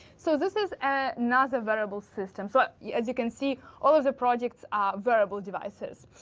so this is ah not a variable system, so yeah as you can see, all of the projects are variable devices.